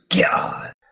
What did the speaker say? God